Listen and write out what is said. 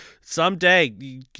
Someday